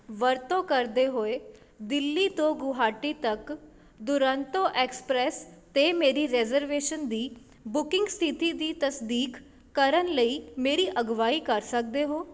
ਵਰਤੋਂ ਕਰਦੇ ਹੋਏ ਦਿੱਲੀ ਤੋਂ ਗੁਹਾਟੀ ਤੱਕ ਦੁਰੰਤੋ ਐਕਸਪ੍ਰੈਸ 'ਤੇ ਮੇਰੀ ਰੇਜ਼ਰਵੇਸ਼ਨ ਦੀ ਬੁਕਿੰਗ ਸਥਿਤੀ ਦੀ ਤਸਦੀਕ ਕਰਨ ਲਈ ਮੇਰੀ ਅਗਵਾਈ ਕਰ ਸਕਦੇ ਹੋ